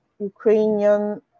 ukrainian